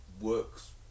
works